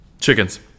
chickens